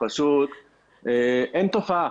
פשוט אין תופעה.